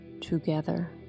together